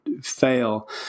fail